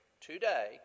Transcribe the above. today